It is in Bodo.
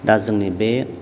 दा जोंनि बे